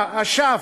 אשף,